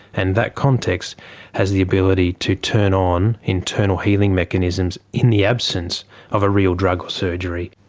and that context has the ability to turn on internal healing mechanisms in the absence of a real drug or surgery.